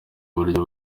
uburyo